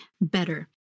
better